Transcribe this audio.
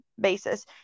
basis